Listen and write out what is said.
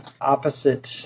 opposite